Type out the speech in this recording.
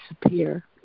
disappear